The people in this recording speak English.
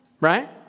right